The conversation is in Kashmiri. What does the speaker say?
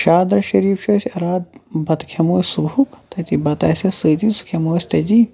شادرا شریٖف چھُ اسہِ اراد بَتہٕ کھیٚمو أسۍ صُبحُک تتہِ بَتہٕ آسہِ اَسہِ سۭتی سُہ کھیٚمو أسۍ تٔتی